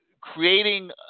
creating